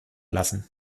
lassen